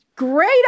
great